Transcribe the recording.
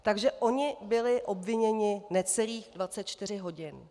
Takže oni byli obviněni necelých 24 hodin.